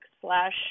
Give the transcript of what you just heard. slash